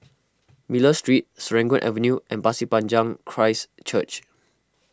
Miller Street Serangoon Avenue and Pasir Panjang Christ Church